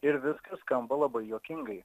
ir viskas skamba labai juokingai